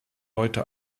leute